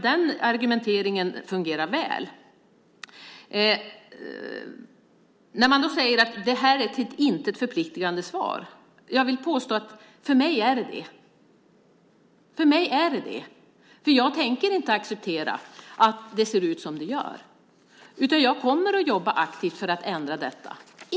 Den argumentationen fungerar väl. Nu säger man att det här var ett till intet förpliktande svar. Men för mig är det det. Jag tänker inte acceptera att det ser ut som det gör utan jag kommer att jobba aktivt för att ändra detta.